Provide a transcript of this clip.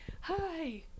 hi